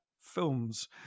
films